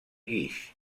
guix